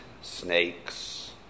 snakes